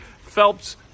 Phelps